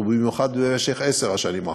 ובמיוחד במשך עשר השנים האחרונות,